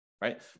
right